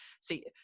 see